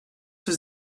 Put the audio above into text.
was